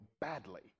badly